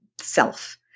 self